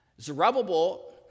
Zerubbabel